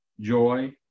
joy